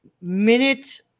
minute